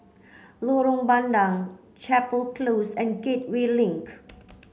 Lorong Bandang Chapel Close and Gateway Link